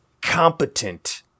competent